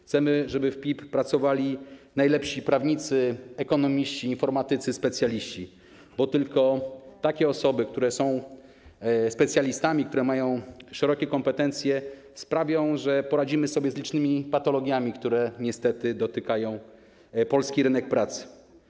Chcemy, żeby w PIP pracowali najlepsi prawnicy, ekonomiści, informatycy, specjaliści, bo tylko takie osoby, które są specjalistami, które mają szerokie kompetencje, sprawią, że poradzimy sobie z licznymi patologiami, które niestety dotykają polski rynek pracy.